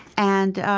and,